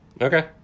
Okay